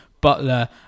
Butler